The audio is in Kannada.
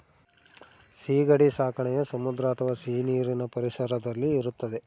ಸೀಗಡಿ ಸಾಕಣೆಯು ಸಮುದ್ರ ಅಥವಾ ಸಿಹಿನೀರಿನ ಪರಿಸರದಲ್ಲಿ ಇರುತ್ತದೆ